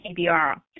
KBR